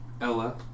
Ella